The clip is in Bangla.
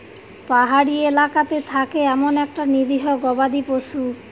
পাহাড়ি এলাকাতে থাকে এমন একটা নিরীহ গবাদি পশু